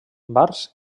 bars